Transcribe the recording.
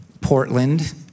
Portland